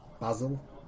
Basil